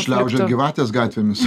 šliaužios gyvatės gatvėmis